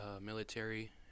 military